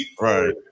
Right